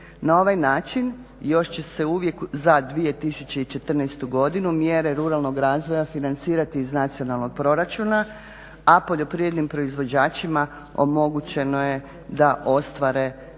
Na ovaj način još će se uvijek za 2014.godinu mjere ruralnog razvoja financirati iz nacionalnog proračuna, a poljoprivrednim proizvođačima omogućeno je da ostvare za